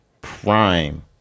prime